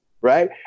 right